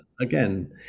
Again